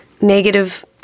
negative